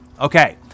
Okay